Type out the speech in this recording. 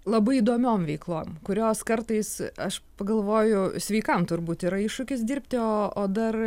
labai įdomiom veiklom kurios kartais aš pagalvoju sveikam turbūt yra iššūkis dirbti o o dar